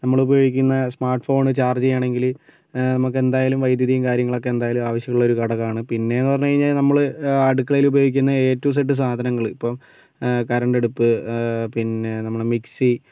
നമ്മള് ഉപയോഗിക്കുന്ന smartphone charge ചെയ്യണമെങ്കില് നമുക്ക് എന്തായാലും വൈദ്യുതിയും കാര്യങ്ങളും ഒക്കെ എന്തായാലും ആവശ്യമുള്ള ഒരു ഘടകമാണ് പിന്നെ എന്ന് പറഞ്ഞു കഴിഞ്ഞാൽ നമ്മള് അടുക്കളയിൽ ഉപയോഗിക്കുന്ന എ ടു ഇസഡ് സാധനങ്ങള് ഇപ്പം കറൻറ്റ് അടുപ്പ് പിന്നെ നമ്മളുടെ മിക്സി